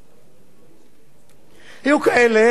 היו כאלה שלא חיו עם זה,